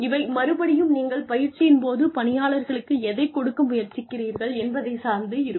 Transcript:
இவை மறுபடியும் நீங்கள் பயிற்சியின் போது பணியாளர்களுக்கு எதை கொடுக்க முயற்சிக்கிறீர்கள் என்பதைச் சார்ந்து இருக்கும்